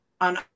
on